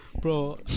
Bro